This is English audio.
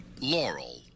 Laurel